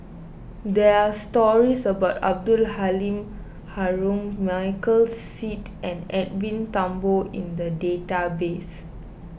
there are stories about Abdul Halim Haron Michael Seet and Edwin Thumboo in the database